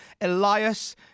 Elias